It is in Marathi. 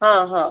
हां हां